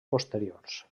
posteriors